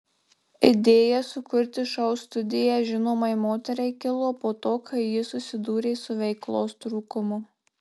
idėja sukurti šou studiją žinomai moteriai kilo po to kai ji susidūrė su veiklos trūkumu